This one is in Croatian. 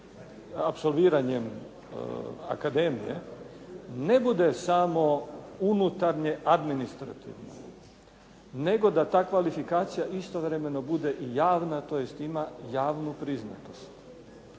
apsolviranjem akademije ne bude samo unutarnje administrativno, nego da ta kvalifikacija istovremeno bude i javna, tj. ima javnu priznatost.